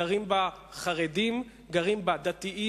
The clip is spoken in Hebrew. גרים בה חרדים, גרים בה דתיים.